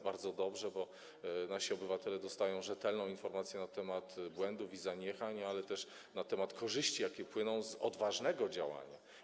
Bardzo dobrze, bo nasi obywatele dostają rzetelną informację na temat błędów i zaniechań, ale też na temat korzyści, jakie płyną z odważnego działania.